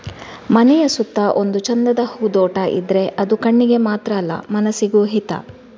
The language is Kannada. ಮನೆಯ ಸುತ್ತ ಒಂದು ಚಂದದ ಹೂದೋಟ ಇದ್ರೆ ಅದು ಕಣ್ಣಿಗೆ ಮಾತ್ರ ಅಲ್ಲ ಮನಸಿಗೂ ಹಿತ